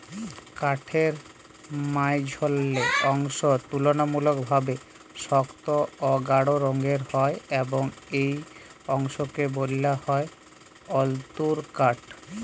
কাঠের মাইঝল্যা অংশ তুললামূলকভাবে সক্ত অ গাঢ় রঙের হ্যয় এবং ই অংশকে ব্যলা হ্যয় অল্তরকাঠ